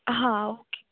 हां ओके